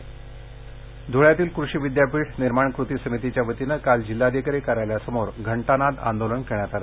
ध्वळे ध्रळ्यातील क्रषी विद्यापीठ निर्माण क्रती समितीच्या वतीनं काल जिल्हाधिकारी कार्यालयासमोर घंटानाद आंदोलन करण्यात आलं